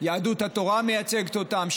שיהדות התורה מייצגת אותם,